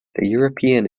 european